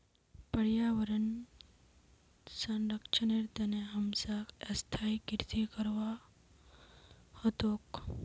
पर्यावन संरक्षनेर तने हमसाक स्थायी कृषि करवा ह तोक